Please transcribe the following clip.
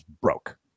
broke